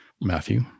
Matthew